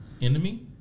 Enemy